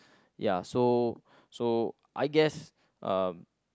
ya so so I guess uh